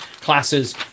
classes